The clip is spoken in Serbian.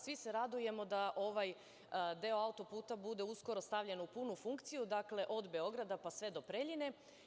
Svi se radujemo da ovaj deo autoputa bude uskoro stavljen u punu funkciju, dakle od Beograda pa sve do Preljine.